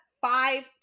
five